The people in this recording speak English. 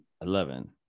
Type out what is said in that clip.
Eleven